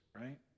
right